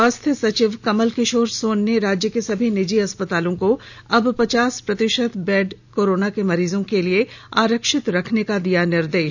स्वास्थ्य सचिव कमल किशोर सोन ने राज्य के सभी निजी अस्पतालों को अब पचास प्रतिशत बेड कोरोना के मरीजों के लिए आरक्षित रखने का दिया निर्देश